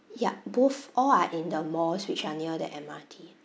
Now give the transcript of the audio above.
yup both all are in the malls which are near the M_R_T